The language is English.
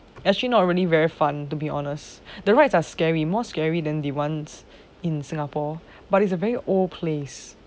actually not really very fun to be honest the rides are scary more scary than the ones in singapore but it's a very old place